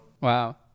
Wow